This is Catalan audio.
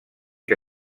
que